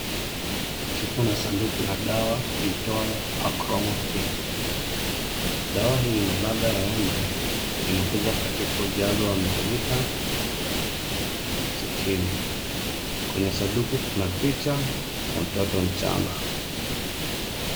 Chupa la sanduku la dawa liitwayo, acromol-p. Dawa hii ina ladha ya embe na inakuja katika ujazo wa mililita sitini. Kwenye sanduku kuna picha ya mtoto mchanga.